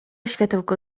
światełko